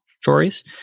stories